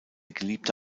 geliebte